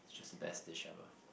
it's just the best dish ever